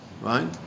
Right